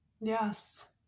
Yes